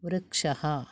वृक्षः